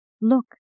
Look